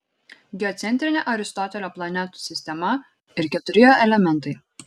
geocentrinė aristotelio planetų sistema ir keturi jo elementai